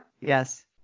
yes